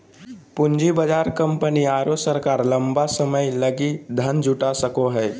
पूँजी बाजार कंपनी आरो सरकार लंबा समय लगी धन जुटा सको हइ